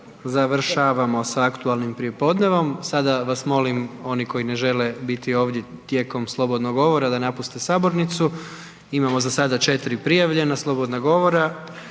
završavamo sa aktualnim prijepodnevom. Sada vas molim oni koji ne žele biti ovdje tijekom slobodnog govora da napuste sabornicu, imamo za sada 4 prijavljena slobodna govora,